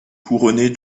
couronnée